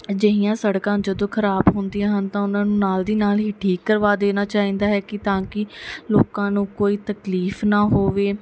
ਅਜਿਹੀਆਂ ਸੜਕਾਂ ਜਦੋਂ ਖਰਾਬ ਹੁੰਦੀਆਂ ਹਨ ਤਾਂ ਉਹਨਾਂ ਨੂੰ ਨਾਲ ਦੀ ਨਾਲ ਹੀ ਠੀਕ ਕਰਵਾ ਦੇਣਾ ਚਾਹੀਦਾ ਹੈ ਕੀ ਤਾਂ ਕੀ ਲੋਕਾਂ ਨੂੰ ਕੋਈ ਤਕਲੀਫ ਨਾ ਹੋਵੇ